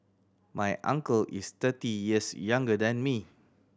my uncle is thirty years younger than me